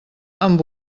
amb